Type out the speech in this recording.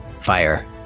Fire